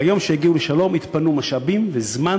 ביום שיגיעו לשלום יתפנו משאבים וזמן